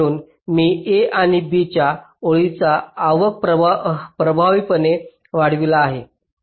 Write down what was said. म्हणून मी A आणि B या ओळीचा आवाका प्रभावीपणे वाढवित आहे